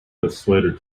persuaded